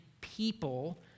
people